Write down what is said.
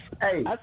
Hey